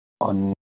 on